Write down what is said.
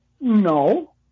No